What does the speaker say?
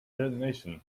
detonation